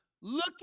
Look